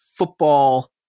Football